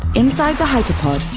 inside the hyperpod,